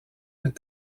des